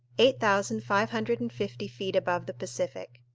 eight thousand five hundred and fifty feet above the pacific.